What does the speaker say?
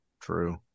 True